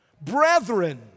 Brethren